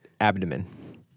abdomen